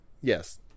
Yes